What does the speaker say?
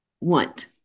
want